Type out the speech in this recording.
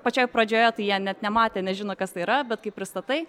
pačioj pradžioje tai jie net nematę nežino kas tai yra bet kai pristatai